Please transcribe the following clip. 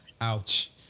Ouch